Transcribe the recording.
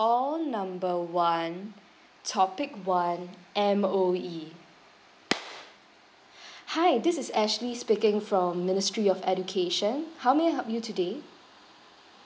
call number one topic one M_O_E hi this is ashley speaking from ministry of education how may I help you today